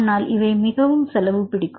ஆனால் இவை மிகவும் செலவு பிடிக்கும்